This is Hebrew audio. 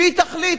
שהיא תחליט,